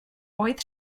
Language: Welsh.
oedd